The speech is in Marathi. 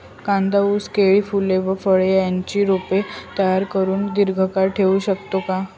कांदा, ऊस, केळी, फूले व फळे यांची रोपे तयार करुन दिर्घकाळ ठेवू शकतो का?